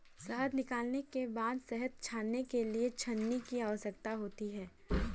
शहद निकालने के बाद शहद छानने के लिए छलनी की आवश्यकता होती है